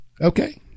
Okay